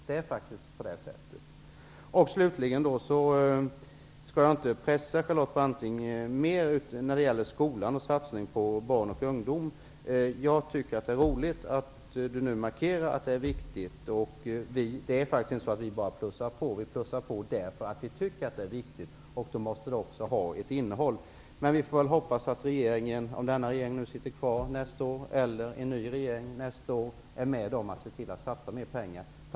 Jag skall inte pressa Charlotte Branting mer i frågan om skolan och satsning på barn och ungdom. Jag tycker att det är roligt att Charlotte Branting markerar att dessa frågor är viktiga. Vi plussar på för att vi tycker att dessa frågor är viktiga. Men det måste finnas ett innehåll. Vi får väl hoppas att regeringen -- om nu denna regering sitter kvar nästa år, eller en ny regering -- är med på att satsa mer pengar.